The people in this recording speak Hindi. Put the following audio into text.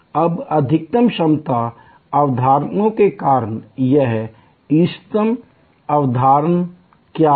अब अधिकतम क्षमता अवधारणाओं के अनुसार यह इष्टतम अवधारणा क्या है